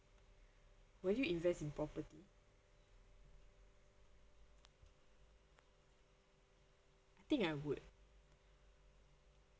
will you invest in property I think I would